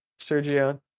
Sergio